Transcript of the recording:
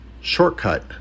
shortcut